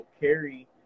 carry